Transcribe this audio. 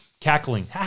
cackling